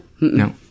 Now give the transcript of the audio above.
no